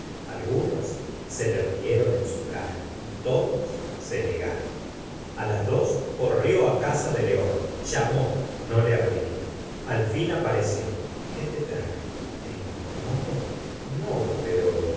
s se le rieron en su cara y todos se negaron a las dos corri ó á casa de león llamó no le abrieron al fin apareció qué te trae te incomodo no pero